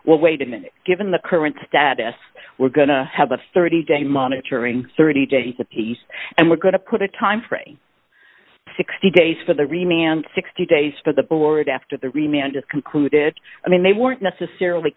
well wait a minute given the current status we're going to have a thirty day monitoring thirty days apiece and we're going to put a timeframe sixty days for the remain and sixty days for the board after the remaining just concluded i mean they weren't necessarily